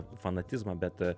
fanatizmą bet